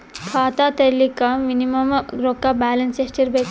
ಖಾತಾ ತೇರಿಲಿಕ ಮಿನಿಮಮ ರೊಕ್ಕ ಬ್ಯಾಲೆನ್ಸ್ ಎಷ್ಟ ಇರಬೇಕು?